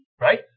right